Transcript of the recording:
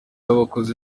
w’abakozi